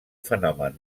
fenomen